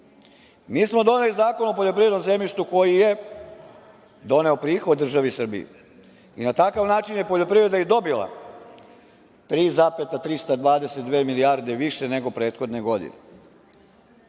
smo doneli Zakon o poljoprivrednom zemljištu koji je doneo prihod državi Srbiji i na takav način je poljoprivreda i dobila 3,322 milijarde više nego prethodne godine. Mi